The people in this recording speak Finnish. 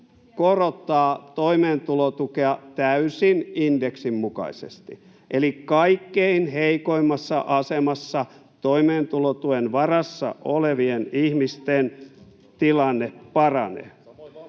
korottaa toimeentulotukea täysin indeksin mukaisesti. Eli kaikkein heikoimmassa asemassa toimeentulotuen varassa olevien ihmisten tilanne paranee.